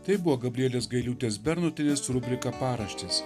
tai buvo gabrielės gailiūtės bernotienės rubrika paraštės